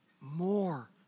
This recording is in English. more